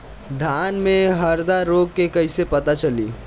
धान में हरदा रोग के कैसे पता चली?